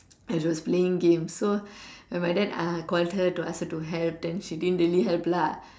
as she was playing game so when my dad uh called her to ask her to help she didn't really help lah